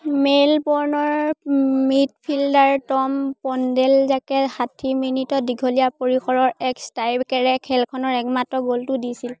মেলবৰ্ণৰ midfielder Tom পণ্ডেলজাকে ষাঠি মিনিটত দীঘলীয়া পৰিসৰৰ এক ষ্ট্ৰাইকেৰে খেলখনৰ একমাত্ৰ গ'লটো দিছিল